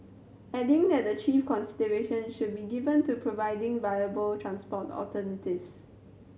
adding that the chief consideration should be given to providing viable transport alternatives